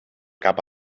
cap